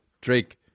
Drake